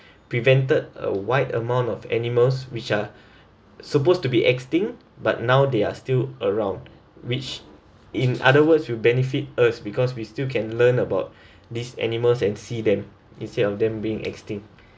prevented a wide amount of animals which are supposed to be extinct but now they are still around which in other words you benefit us because we still can learn about these animals and see them instead of them being extinct